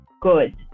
good